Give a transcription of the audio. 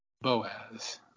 Boaz